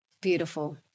Beautiful